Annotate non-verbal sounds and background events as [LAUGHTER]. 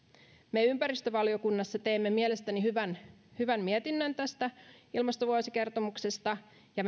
me ympäristövaliokunnassa teimme mielestäni hyvän hyvän mietinnön tästä ilmastovuosikertomuksesta ja [UNINTELLIGIBLE]